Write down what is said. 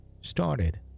started